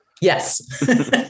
Yes